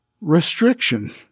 restriction